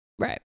Right